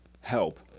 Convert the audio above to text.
help